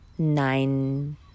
nine